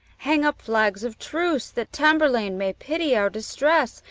hang up flags of truce, that tamburlaine may pity our distress,